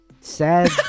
sad